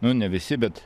nu ne visi bet